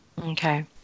Okay